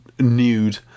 nude